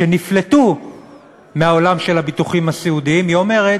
שנפלטו מהעולם של הביטוחים הסיעודיים, היא אומרת: